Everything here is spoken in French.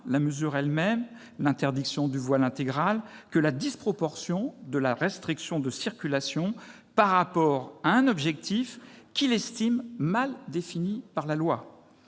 la mesure elle-même, l'interdiction du voile intégral, que la disproportion de la restriction de circulation, par rapport à un objectif qu'il estime mal défini par la loi.